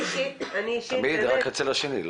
תמיד זה אצל השני.